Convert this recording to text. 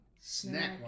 Snack